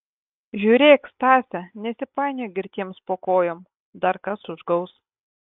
žiūrėk stase nesipainiok girtiems po kojom dar kas užgaus